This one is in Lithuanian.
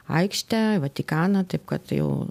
aikštę vatikaną taip kad jau